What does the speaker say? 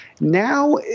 Now